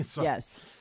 Yes